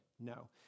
No